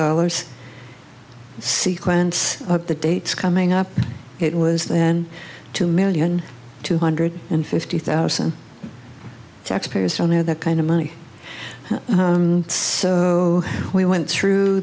dollars sequence the dates coming up it was then two million two hundred and fifty thousand taxpayers on there that kind of money so we went through